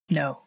no